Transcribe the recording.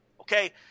okay